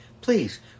Please